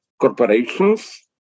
corporations